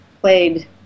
played